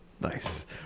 Nice